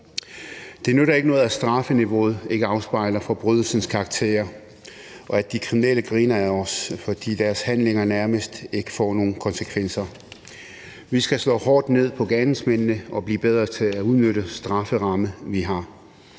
Det nytter ikke noget, at strafniveauet ikke afspejler forbrydelsens karakter, og at de kriminelle griner ad os, fordi deres handlinger nærmest ikke får nogen konsekvenser. Vi skal slå hårdt ned på gerningsmændene og blive bedre til at udnytte de strafferammer, vi har.